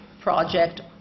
project